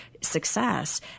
success